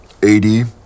80